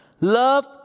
Love